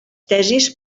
tesis